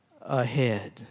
ahead